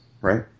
Right